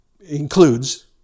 includes